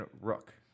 Rook